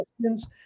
questions